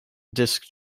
disc